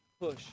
Push